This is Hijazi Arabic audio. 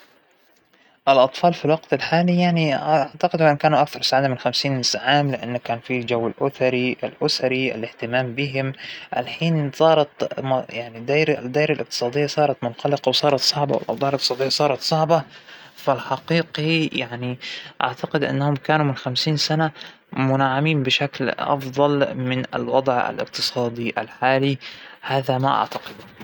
إى طبعا شغلة مهمة إنك تتابع الأخبار، ااا- ودايماً تكون على تواصل مع العالم الخارجى، مميزاته إنه إنت على دراية واش راح يصير حولك، مانك جالس هكذا ومنك بتعرف أى شى، عيوبه إنه لو صار شى مانو بعاجبك اا- ما فيك إنك تغيره، إنه ما عندك القدرة لهذا الشى.